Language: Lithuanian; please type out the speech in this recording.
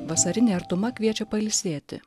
vasarinė artuma kviečia pailsėti